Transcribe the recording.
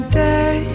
day